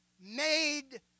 made